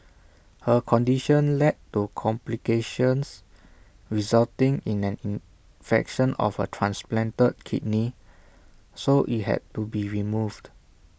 her condition led to complications resulting in an infection of her transplanted kidney so IT had to be removed